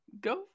go